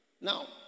Now